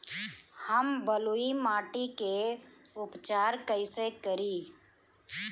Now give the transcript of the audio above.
हम बलुइ माटी के उपचार कईसे करि?